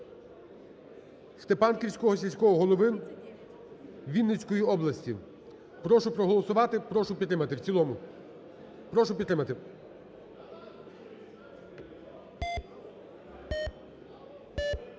Степанківського сільського голови Вінницької області. Прошу проголосувати, прошу підтримати